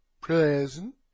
Present